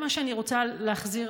מה שאני רוצה להחזיר,